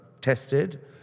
tested